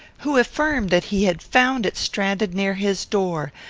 who affirmed that he had found it stranded near his door,